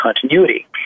continuity